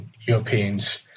Europeans